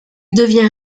devient